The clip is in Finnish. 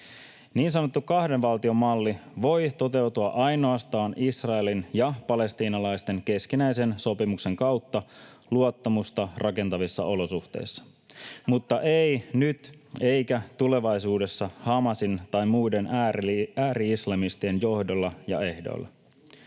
Niin sanottu kahden valtion malli voi toteutua ainoastaan Israelin ja palestiinalaisten keskinäisen sopimuksen kautta luottamusta rakentavissa olosuhteissa [Välihuuto vasemmalta] mutta ei nyt eikä tulevaisuudessa Hamasin tai muiden ääri-islamistien johdolla ja ehdoilla.